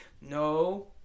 no